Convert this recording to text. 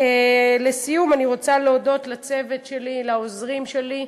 לסיום, אני רוצה להודות לצוות שלי, לעוזרים שלי,